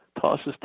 tosses